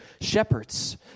shepherds